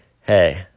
hey